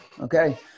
Okay